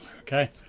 Okay